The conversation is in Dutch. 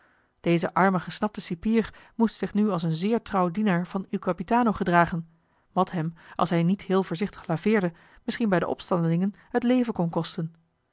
deze arme gesnapte cipier moest zich nu als een zeer trouw dienaar van il capitano gedragen wat hem als hij niet heel voorzichtig laveerde misschien bij de opstandelingen het leven kon kosten